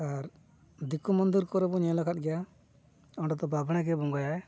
ᱟᱨ ᱫᱤᱠᱩ ᱢᱚᱱᱫᱤᱨ ᱠᱚᱨᱮ ᱵᱚᱱ ᱧᱮᱞ ᱟᱠᱟᱫ ᱜᱮᱭᱟ ᱚᱸᱰᱮ ᱫᱚ ᱵᱟᱢᱲᱮ ᱜᱮ ᱵᱚᱸᱜᱟᱭᱟᱭ